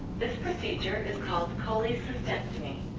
this procedure is called cholecystectomy.